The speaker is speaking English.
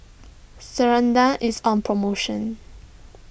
Ceradan is on promotion